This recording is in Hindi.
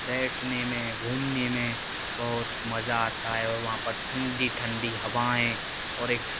बैठने में घूमने में बहुत मज़ा आता है और वहाँ पर ठंडी ठंडी हवाएं और एक